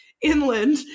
inland